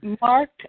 Mark